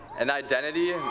an identity